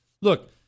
Look